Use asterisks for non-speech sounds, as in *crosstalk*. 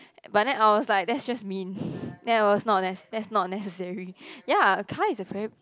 but then I was like that's just mean *laughs* then it was not nec~ that's not necessary ya Kai is a very